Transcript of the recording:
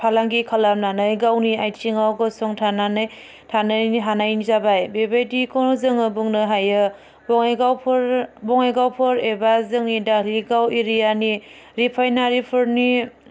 फालांगि खालामनानै गावनि आयथिङाव गसंथानानै थानायनि हानायनि जाबाय बेबायदिखौ जोङो बुंनो हायो बङाइगावफोर बङाइगावफोर एबा जोंनि ढालिगाव एरियानि रिफाइनारिफोरनि